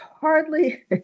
hardly